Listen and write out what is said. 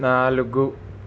నాలుగు